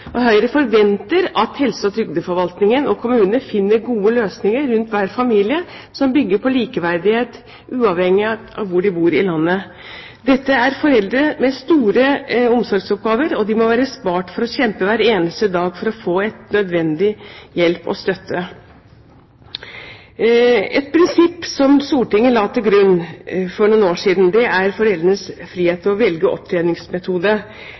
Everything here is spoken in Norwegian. spesialisthelsetjenesten. Høyre forventer at helse- og trygdeforvaltningen og kommunene finner gode løsninger rundt hver familie, som bygger på likeverdighet uavhengig av hvor de bor i landet. Dette er foreldre med store omsorgsoppgaver, og de må være spart for hver eneste dag å kjempe for å få nødvendig hjelp og støtte. Et prinsipp som Stortinget la til grunn for noen år siden, er foreldrenes frihet til å velge opptjeningsmetode